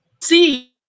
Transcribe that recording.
see